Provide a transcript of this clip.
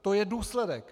To je důsledek.